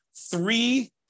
three